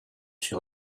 sur